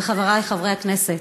וחבריי חברי הכנסת,